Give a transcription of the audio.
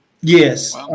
Yes